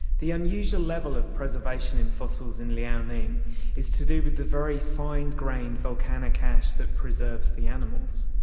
the unusual level of preservation in fossils in liaoning is to do with the very fine-grained volcanic ash that preserves the animals.